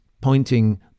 pointing